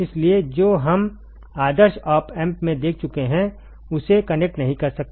इसलिए जो हम आदर्श ऑप एम्प में देख चुके हैं उसे कनेक्ट नहीं कर सकते